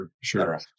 Sure